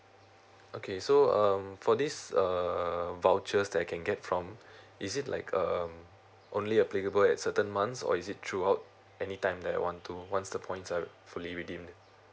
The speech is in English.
okay so um for this um vouchers that I can get from is it like a um only applicable at certain months or is it throughout anytime that I want to once the points are fully redeemed